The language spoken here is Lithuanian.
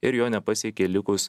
ir jo nepasiekė likus